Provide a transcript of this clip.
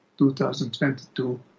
2022